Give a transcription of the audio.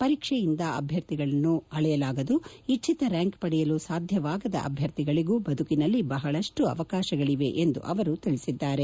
ಪರೀಕ್ಷೆಯಿಂದ ವಿದ್ಯಾರ್ಥಿಗಳನ್ನು ಅಳೆಯಲಾಗದು ಇಚ್ಚಿತ ರ್ಯಾಂಕ್ ಪಡೆಯಲು ಸಾಧ್ಯವಾಗದ ಅಭ್ಯರ್ಥಿಗಳಿಗೂ ಬದುಕಿನಲ್ಲಿ ಬಹಳಷ್ಟು ಅವಕಾಶಗಳು ಇವೆ ಎಂದು ಅವರು ತಿಳಿಸಿದ್ದಾರೆ